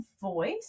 voice